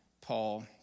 Paul